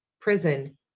prison